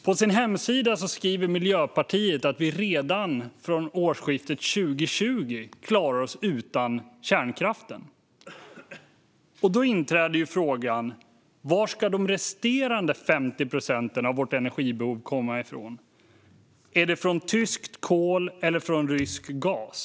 På sin hemsida skriver Miljöpartiet att vi redan från årsskiftet 2020 klarar oss utan kärnkraften. Då infinner sig frågan: Var ska energin för att tillgodose de resterande 50 procenten av vårt energibehov komma från? Är det från tyskt kol eller rysk gas?